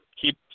Keep